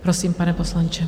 Prosím, pane poslanče.